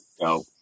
No